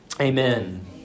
Amen